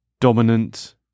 dominant